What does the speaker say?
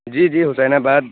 جی جی حُسین آباد